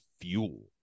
fuel